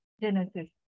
genesis